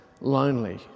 lonely